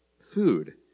food